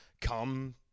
come